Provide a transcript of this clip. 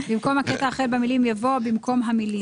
הסתייגות מספר 7. במקום "החל במילים" יבוא "במקום המילים".